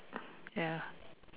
ya